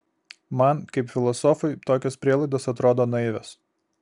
man kaip filosofui tokios prielaidos atrodo naivios